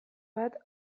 bat